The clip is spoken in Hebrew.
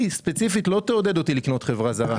ספציפית לא תעודד אותי לקנות חברה זרה.